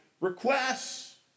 requests